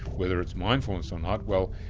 whether it's mindfulness or not, well,